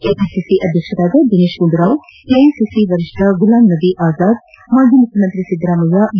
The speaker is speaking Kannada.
ಕೆಪಿಸಿಸಿ ಅಧ್ಯಕ್ಷ ದಿನೇತ್ ಗುಂಡೂರಾವ್ ಎಐಸಿಸಿ ವರಿಷ್ಠ ಗುಲಾಬ್ ನಬಿ ಆಜಾದ್ ಮಾಜಿ ಮುಖ್ಯಮಂತ್ರ ಿದ್ದರಾಮಯ್ಯ ಬಿ